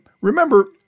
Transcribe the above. remember